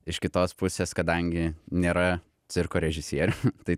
iš kitos pusės kadangi nėra cirko režisierių tai